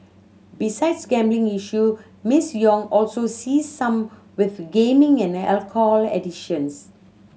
besides gambling issues Miss Yong also sees some with gaming and alcohol addictions